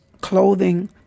clothing